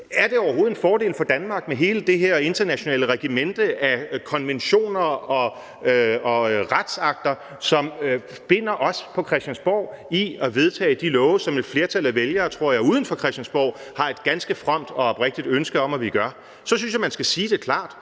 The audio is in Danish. Er det overhovedet en fordel for Danmark med hele det her internationale regimente af konventioner og retsakter, som binder os på Christiansborg i at vedtage de love, som et flertal af vælgere, tror jeg, uden for Christiansborg har et ganske fromt og oprigtigt ønske om vi gør, så synes jeg, man skal sige det klart.